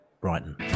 Brighton